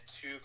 two